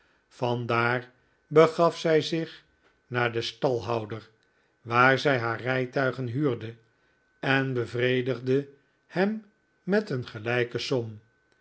vandaar begaf zij zich naar den stalhouder waar zij haar rijtuigen huurde en bevredigde hem met een gelijke som